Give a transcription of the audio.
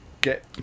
Get